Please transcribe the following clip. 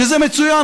שזה מצוין.